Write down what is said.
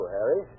Harry